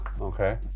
Okay